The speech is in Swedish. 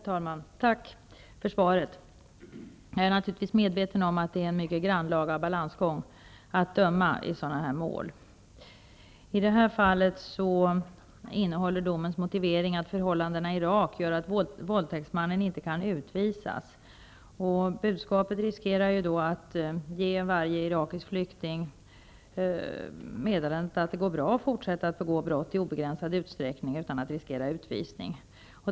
Herr talman! Tack för svaret. Jag är naturligtvis medveten om att det är en mycket grannlaga balansgång att döma i sådana här mål. I det här fallet innehåller domens motivering att förhållandena i Irak gör att våldtäktsmannen inte kan utvisas. Detta riskerar då att ge varje irakisk flykting budskapet att det går bra att fortsätta att begå brott i begränsad utsträckning utan att riskera utvisning.